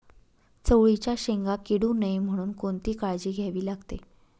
चवळीच्या शेंगा किडू नये म्हणून कोणती काळजी घ्यावी लागते?